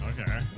Okay